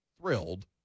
thrilled